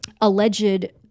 alleged